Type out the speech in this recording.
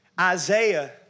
Isaiah